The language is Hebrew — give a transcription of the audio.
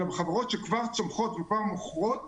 אלא בחברות שכבר צומחות וכבר מוכרות